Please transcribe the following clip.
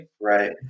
Right